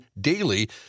daily